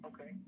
Okay